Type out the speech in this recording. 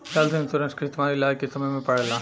health insurance के इस्तमाल इलाज के समय में पड़ेला